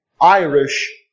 Irish